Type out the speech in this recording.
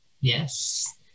Yes